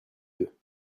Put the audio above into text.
deux